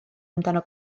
amdano